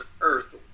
earth